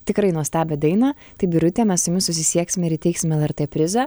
tikrai nuostabią dainą tai birute mes su jumis susisieksime ir įteiksime lrt prizą